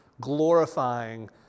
glorifying